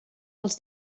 els